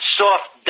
soft